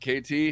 KT